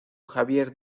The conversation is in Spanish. javier